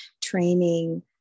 training